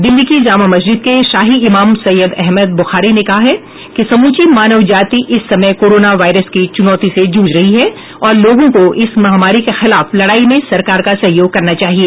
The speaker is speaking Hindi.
दिल्ली की जामा मस्जिद के शाही इमाम सैय्यद अहमद बुखारी ने कहा है कि समूची मानव जाति इस समय कोरोना वायरस की चुनौती से जूझ रही है और लोगों को इस महामारी के खिलाफ लड़ाई में सरकार का सहयोग करना चाहिए